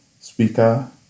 speaker